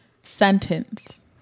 sentence